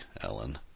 Ellen